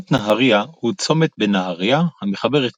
צומת נהריה הוא צומת בנהריה המחבר את